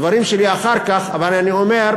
אני אמשיך את הדברים שלי אחר כך, אבל אני אומר: